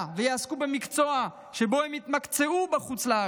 ויעסקו במקצוע שבו הם התמקצעו בחוץ לארץ,